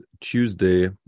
Tuesday